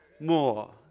more